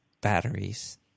batteries